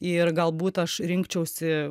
ir galbūt aš rinkčiausi